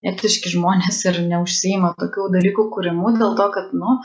etiški žmonės ir neužsiima tokių dalykų kūrimu dėl to kad nu